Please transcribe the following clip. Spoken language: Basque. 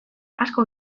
asko